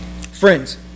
friends